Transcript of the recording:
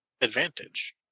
advantage